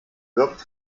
wirbt